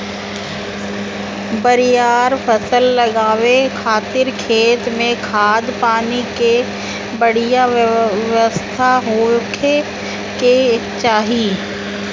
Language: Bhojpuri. बरियार फसल लगावे खातिर खेत में खाद, पानी के बढ़िया व्यवस्था होखे के चाही